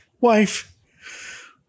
Wife